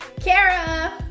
Kara